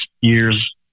years